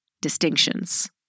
distinctions